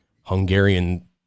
Hungarian